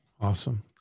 Awesome